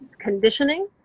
conditioning